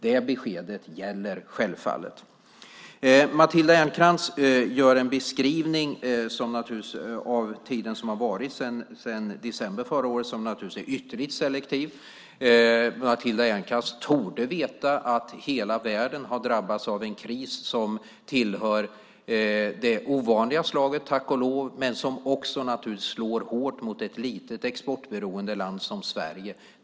Det beskedet gäller självfallet. Matilda Ernkrans gör en beskrivning av tiden som har gått sedan december förra året som naturligtvis är ytterligt selektiv. Matilda Ernkrans torde veta att hela världen har drabbats av en kris som tillhör det ovanliga slaget, tack och lov, men som också naturligtvis slår hårt mot ett litet, exportberoende land som Sverige.